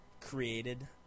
created